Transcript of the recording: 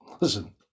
listen